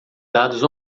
dados